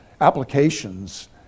applications